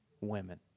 women